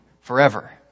forever